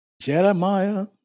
Jeremiah